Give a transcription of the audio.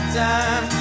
time